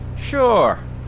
Sure